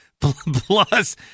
plus